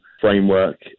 framework